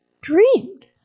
dreamed